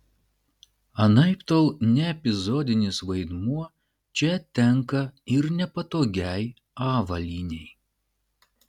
anaiptol ne epizodinis vaidmuo čia tenka ir nepatogiai avalynei